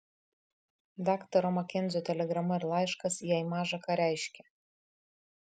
daktaro makenzio telegrama ir laiškas jai maža ką reiškė